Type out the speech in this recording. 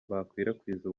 bakwirakwiza